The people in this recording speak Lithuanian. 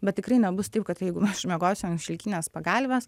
bet tikrai nebus taip kad jeigu aš miegosiu ant šilkinės pagalvės